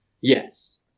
Yes